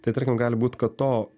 tai tarkim gali būt kad to